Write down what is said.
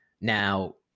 now